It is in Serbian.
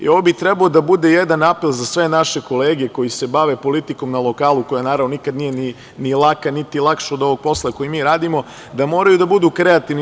Ovo bi trebalo da bude jedan apel za sve naše kolege koji se bave politikom na lokalu, koja naravno nikad nije ni laka, niti lakša od ovog posla koji mi radimo, da moraju da budu kreativni.